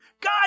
God